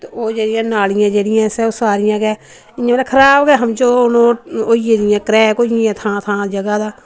ते ओह् जेह्ड़ियां नालिआं जेह्ड़ियां असैं ओह् सारिआं गै इ'यां खराब गै समझो ओह् होई गेदियां क्रैक होई गेदियां न थां थां जगह दा